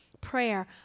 prayer